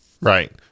Right